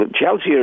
Chelsea